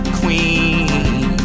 queen